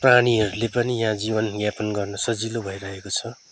प्राणीहरूले पनि यहाँ जीवन यापन गर्न सजिलो भइरहेको छ